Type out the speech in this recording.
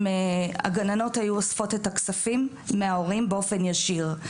הגננות היו אוספות את הכספים מההורים באופן ישיר.